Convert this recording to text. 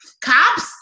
cops